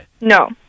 No